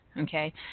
Okay